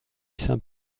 saint